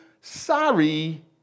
Sorry